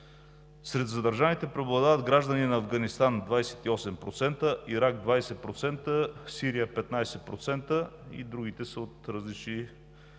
Сред задържаните преобладават граждани на Афганистан – 28%, Ирак – 20%, Сирия – 15%, другите са от различни други